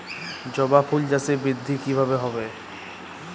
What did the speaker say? জবা ফুল চাষে বৃদ্ধি কিভাবে হবে?